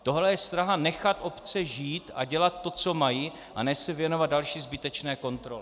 Tohle je snaha nechat obce žít a dělat to, co mají, a ne se věnovat další zbytečné kontrole.